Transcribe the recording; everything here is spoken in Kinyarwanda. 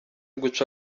guca